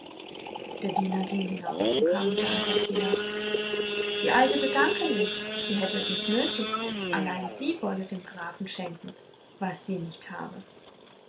der diener ging hinaus und kam mit der antwort wieder die alte bedanke sich sie hätte es nicht nötig allein sie wolle dem herrn grafen schenken was sie nicht habe